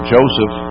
Joseph